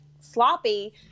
sloppy